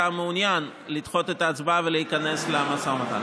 מעוניין לדחות את ההצבעה ולהיכנס למשא ומתן?